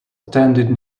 attended